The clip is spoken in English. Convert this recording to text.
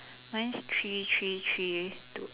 mine's three three three two